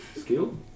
skill